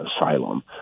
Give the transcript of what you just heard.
asylum